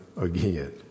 again